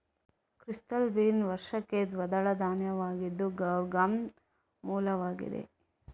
cluster bean ವಾರ್ಷಿಕ ದ್ವಿದಳ ಧಾನ್ಯವಾಗಿದ್ದು ಗೌರ್ ಗಮ್ನ ಮೂಲವಾಗಿದೆ